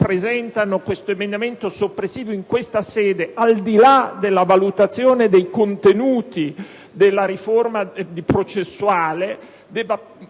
un emendamento soppressivo in questa sede, al di là della valutazione dei contenuti della riforma processuale qui